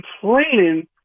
complaining